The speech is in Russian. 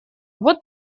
вот